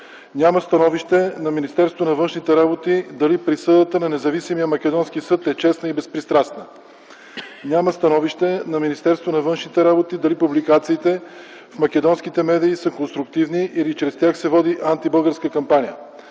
Няма становище на Министерството на външните работи дали присъдата на независимия македонски съд е честна и безпристрастна. Няма становище на Министерството на външните работи дали публикациите в македонските медии са конструктивни или чрез тях се води антибългарска кампания.